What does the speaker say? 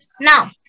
Now